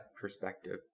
perspective